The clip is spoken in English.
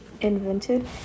invented